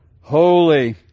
holy